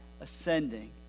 ascending